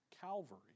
Calvary